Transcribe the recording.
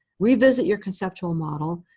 revisit your conceptual model,